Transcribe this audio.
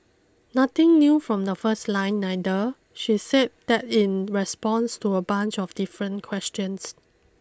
nothing new from the first line neither she's said that in response to a bunch of different questions